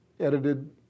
Edited